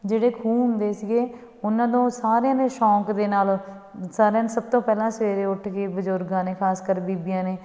ਜਿਹੜੇ ਖੂਹ ਹੁੰਦੇ ਸੀਗੇ ਉਹਨਾਂ ਤੋਂ ਸਾਰਿਆਂ ਨੇ ਸ਼ੌਂਕ ਦੇ ਨਾਲ ਸਾਰਿਆਂ ਨੂੰ ਸਭ ਤੋਂ ਪਹਿਲਾਂ ਸਵੇਰੇ ਉੱਠ ਕੇ ਬਜ਼ੁਰਗਾਂ ਨੇ ਖਾਸ ਕਰ ਬੀਬੀਆਂ ਨੇ